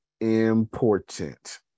important